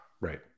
Right